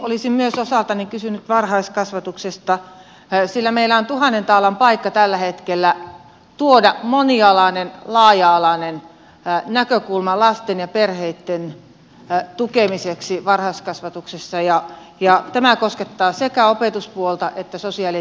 olisin myös osaltani kysynyt varhaiskasvatuksesta sillä meillä on tuhannen taalan paikka tällä hetkellä tuoda monialainen laaja alainen näkökulma lasten ja perheitten tukemiseksi varhaiskasvatuksessa ja tämä koskettaa sekä opetuspuolta että sosiaali ja terveydenhuollon puolta